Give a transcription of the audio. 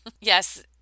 yes